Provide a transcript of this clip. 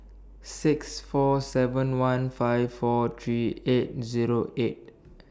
six four seven one five four three eight Zero eight